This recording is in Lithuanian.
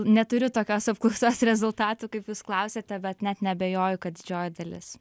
neturiu tokios apklausos rezultatų kaip jūs klausiate bet net neabejoju kad didžioji dalis